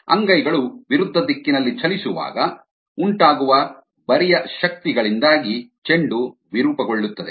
ಅಂಗೈಗಳು ವಿರುದ್ಧ ದಿಕ್ಕಿನಲ್ಲಿ ಚಲಿಸುವಾಗ ಉಂಟಾಗುವ ಬರಿಯ ಶಕ್ತಿಗಳಿಂದಾಗಿ ಚೆಂಡು ವಿರೂಪಗೊಳ್ಳುತ್ತದೆ